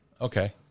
Okay